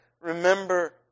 remember